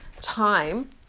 time